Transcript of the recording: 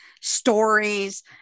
stories